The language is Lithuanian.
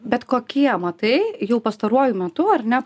bet kokie amatai jau pastaruoju metu ar ne